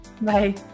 Bye